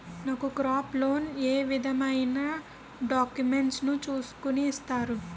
నాకు crop loan ఏ విధమైన డాక్యుమెంట్స్ ను చూస్కుని ఇస్తారు?